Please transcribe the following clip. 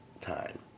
time